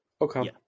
Okay